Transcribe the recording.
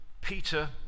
Peter